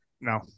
No